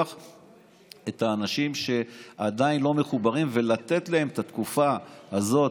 את האנשים שעדיין לא מחוברים ולתת להם את התקופה הזאת,